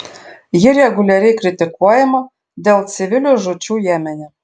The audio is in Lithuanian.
ji reguliariai kritikuojama dėl civilių žūčių jemene